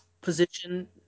position